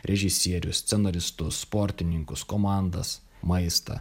režisierius scenaristus sportininkus komandas maistą